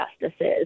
justices